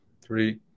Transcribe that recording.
three